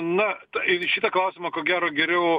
na tai į šitą klausimą ko gero geriau